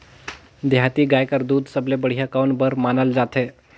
देहाती गाय कर दूध सबले बढ़िया कौन बर मानल जाथे?